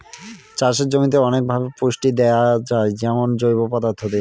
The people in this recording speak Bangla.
চাষের জমিতে অনেকভাবে পুষ্টি দেয়া যায় যেমন জৈব পদার্থ দিয়ে